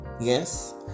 yes